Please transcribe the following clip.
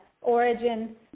Origin